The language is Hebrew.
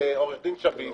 עו"ד שביב,